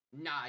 nah